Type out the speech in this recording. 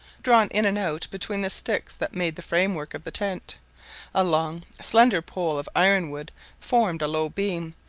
drawn in and out between the sticks that made the frame-work of the tent a long slender pole of iron-wood formed a low beam,